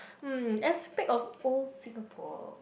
uh aspect of old Singapore